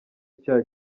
icyaha